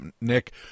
Nick